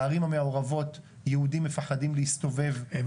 לעיתים נדירות יוצא שלחברי הכנסת יש איזשהן שיניים בפיקוח הזה.